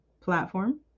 platform